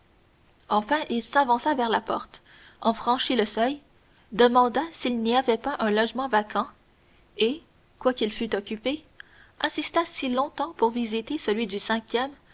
enfin il s'avança vers la porte en franchit le seuil demanda s'il n'y avait pas un logement vacant et quoiqu'il fût occupé insista si longtemps pour visiter celui du